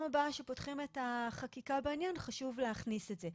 הבאה שפותחים את החקיקה בעניין חשוב להכניס את זה.